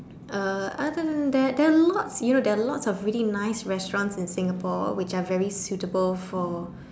uh other then that there are lots you know there are lots of really nice restaurants in Singapore which are very suitable for